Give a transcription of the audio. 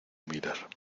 mirar